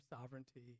sovereignty